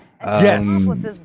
yes